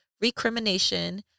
recrimination